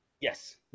Yes